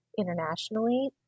internationally